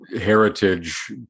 heritage